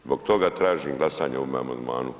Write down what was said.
Zbog toga tražim glasanje o ovom amandmanu.